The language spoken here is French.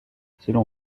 selon